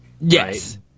Yes